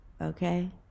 Okay